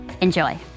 Enjoy